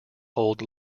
hold